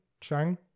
Chang